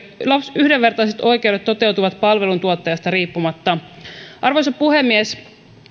yhdenvertaiset oikeudet toteutuvat palveluntuottajasta riippumatta arvoisa puhemies